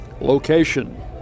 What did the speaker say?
location